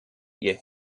ihr